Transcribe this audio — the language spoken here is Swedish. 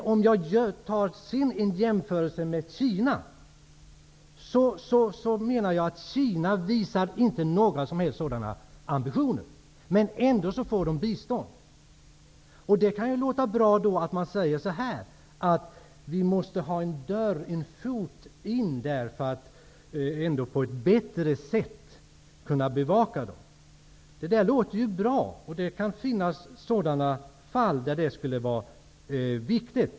Låt mig t.ex. göra en jämförelse med Kina. Kina har inte visat några som helst motsvarande ambitioner, men ändå får landet bistånd. Det kan låta bra att vi måste ha en fot inne i landet för att bättre kunna bevaka vad som händer där. Det kan finnas fall där det skulle vara viktigt.